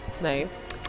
Nice